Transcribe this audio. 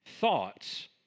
Thoughts